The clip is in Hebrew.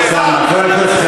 אחרי חצות.